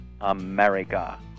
America